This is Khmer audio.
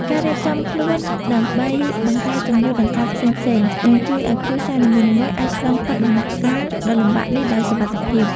ការរៀបចំខ្លួនដើម្បីបង្ការជំងឺដង្កាត់ផ្សេងៗនឹងជួយឱ្យគ្រួសារនីមួយៗអាចឆ្លងផុតដំណាក់កាលដ៏លំបាកនេះដោយសុវត្ថិភាព។